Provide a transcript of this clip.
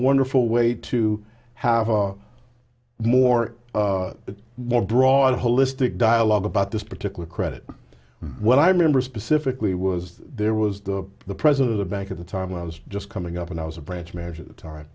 wonderful way to have a more and more broad holistic dialogue about this particular credit when i remember specifically was there was the president of the bank at the time i was just coming up and i was a branch manager the time